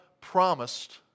promised